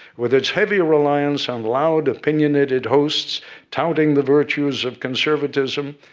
with its heavy reliance on loud, opinionated hosts touting the virtues of conservatism,